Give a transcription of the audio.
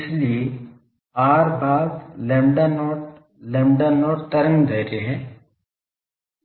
इसलिए r भाग lambda not lambda not तरंग दैर्ध्य है